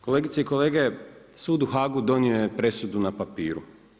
Kolegice i kolege, sud u HAG-u donio je presudu na papiru.